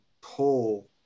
pull